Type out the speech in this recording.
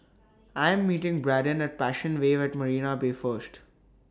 I Am meeting Braden At Passion Wave At Marina Bay First